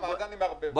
מה זה אני מערבב?